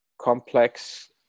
complex